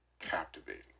captivating